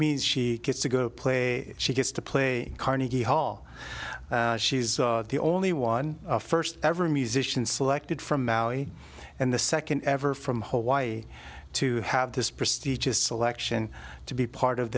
means she gets to go play she gets to play carnegie hall she's the only one first ever musician selected from maui and the second ever from hawaii to have this prestigious selection to be part of